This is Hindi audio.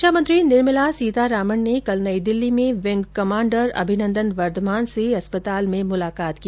रक्षामंत्री निर्मला सीतारामन ने कल नई दिल्ली में विंग कमांडर अभिनंदन वर्धमान से अस्पताल में मुलाकात की